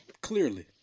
Clearly